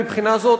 מהבחינה הזאת,